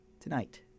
Tonight